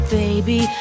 baby